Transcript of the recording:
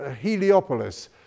Heliopolis